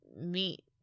meet